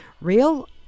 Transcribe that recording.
real